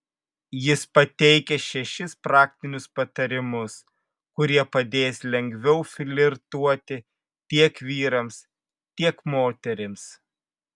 jis pateikia šešis praktinius patarimus kurie padės lengviau flirtuoti tiek vyrams tiek moterims